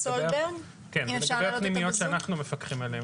זה לגבי הפנימיות שאנחנו מפקחים עליהן,